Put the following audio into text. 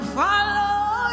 follow